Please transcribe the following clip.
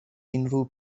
unrhyw